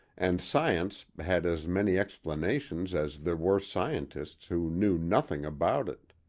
and science had as many explanations as there were scientists who knew nothing about it.